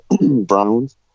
Browns